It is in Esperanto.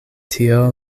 tio